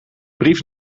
brief